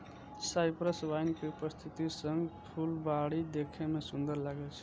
cypress vine के उपस्थिति सं फुलबाड़ी देखै मे सुंदर लागै छै